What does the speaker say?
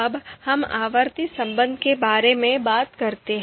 अब हम आवर्ती संबंध के बारे में बात करते हैं